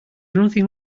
nothing